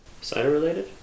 Cider-related